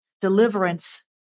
Deliverance